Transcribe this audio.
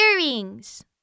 earrings